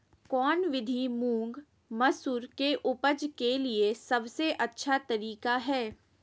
कौन विधि मुंग, मसूर के उपज के लिए सबसे अच्छा तरीका है?